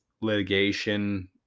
litigation